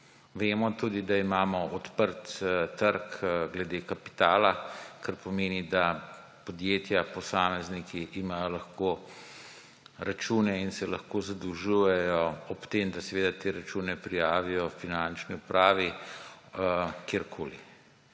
Vemo tudi, da imamo odprt trg glede kapitala, kar pomeni, da podjetja, posamezniki imajo lahko račune in se lahko zadolžujejo, ob tem da seveda te račune prijavijo Finančni upravi kjerkoli.